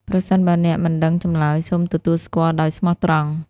ប្រសិនបើអ្នកមិនដឹងចម្លើយ សូមទទួលស្គាល់ដោយស្មោះត្រង់។